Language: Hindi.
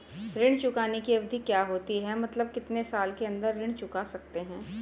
ऋण चुकाने की अवधि क्या होती है मतलब कितने साल के अंदर ऋण चुका सकते हैं?